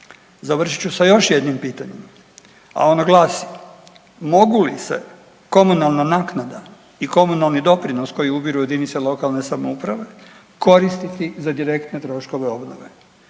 Završit ću sa još jednim pitanjem, a ono glasi, mogu li se komunalna naknada i komunalni doprinos koji ubiru JLS-ovi koristiti za direktne troškove obnove?